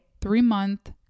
three-month